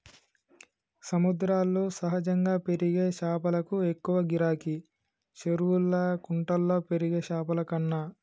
సముద్రాల్లో సహజంగా పెరిగే చాపలకు ఎక్కువ గిరాకీ, చెరువుల్లా కుంటల్లో పెరిగే చాపలకన్నా